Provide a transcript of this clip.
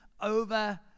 over